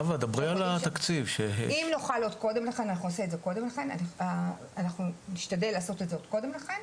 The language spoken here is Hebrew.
אם נוכל עוד קודם לכן אנחנו נעשה את זה קודם לכן,